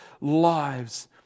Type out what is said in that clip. lives